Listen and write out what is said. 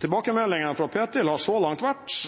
Tilbakemeldingene fra Ptil har så langt vært